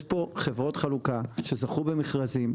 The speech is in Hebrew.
יש פה חברות חלוקה שזכו במכרזים.